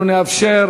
אנחנו נאפשר